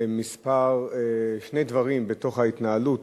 שני דברים בהתנהלות,